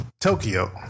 Tokyo